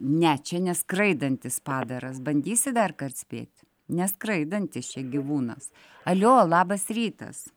ne čia ne skraidantis padaras bandysi darkart spėt ne skraidantis čia gyvūnas alio labas rytas